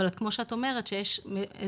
אבל כמו שאת אומרת שיש אזורים,